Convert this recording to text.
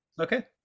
Okay